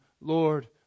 Lord